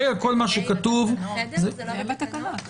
זה בתקנות.